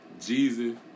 Jeezy